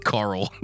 Carl